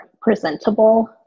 presentable